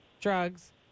drugs